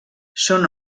són